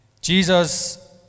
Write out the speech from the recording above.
Jesus